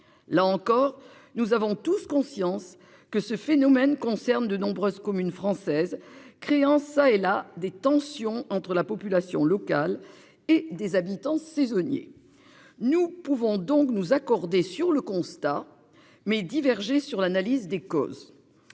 là encore nous avons tous conscience que ce phénomène concerne de nombreuses communes françaises créant ça et là des tensions entre la population locale et des habitants saisonniers. Nous pouvons donc nous accorder sur le constat mais diverger sur l'analyse des causes.